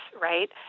right